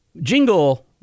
jingle